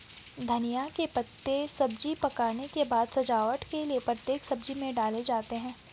धनिया के पत्ते सब्जी पकने के बाद सजावट के लिए प्रत्येक सब्जी में डाले जाते हैं